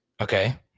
okay